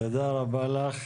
תודה רבה לך.